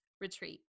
Retreat